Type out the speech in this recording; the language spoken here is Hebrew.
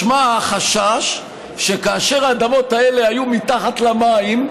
משמע, היה חשש שכאשר האדמות האלה היו מתחת למים,